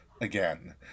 again